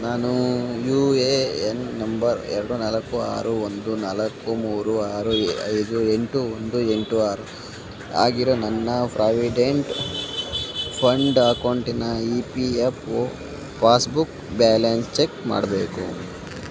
ನಾನು U A N number ಎರಡು ನಾಲ್ಕು ಆರು ಒಂದು ನಾಲ್ಕು ಮೂರು ಆರು ಐದು ಎಂಟು ಒಂದು ಎಂಟು ಆರು ಆಗಿರೋ ನನ್ನ ಪ್ರಾವಿಡೆಂಟ್ ಫಂಡ್ ಅಕೌಂಟಿನ E P F O passbook balance check ಮಾಡಬೇಕು